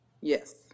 yes